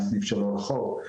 כרטיסי האשראי.